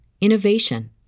innovation